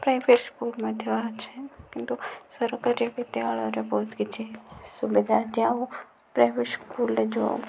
private school ମଧ୍ୟ ଅଛି କିନ୍ତୁ ସରକାରୀ ବିଦ୍ୟାଳୟରେ ବହୁତ କିଛି ସୁବିଧା ଅଛି ଆଉ ପ୍ରାଇଭେଟ ସ୍କୁଲରେ ଯେଉଁ